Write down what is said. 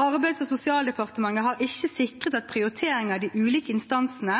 Arbeids- og sosialdepartementet har ikke sikret at prioriteringer i de ulike instansene